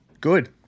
Good